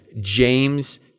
James